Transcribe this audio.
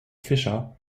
fischer